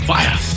Fire